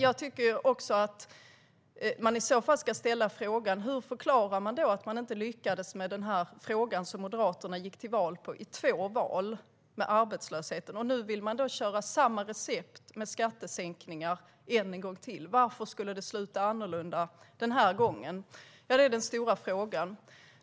Jag tycker att frågan ska ställas hur man förklarar att Moderaterna inte lyckades med den fråga som man gick till val på i två val, arbetslösheten. Nu vill man köra samma recept med skattesänkningar än en gång. Varför skulle det sluta annorlunda den här gången? Det är den stora frågan.